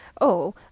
Oh